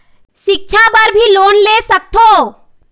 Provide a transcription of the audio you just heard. सिक्छा बर भी लोन ले सकथों?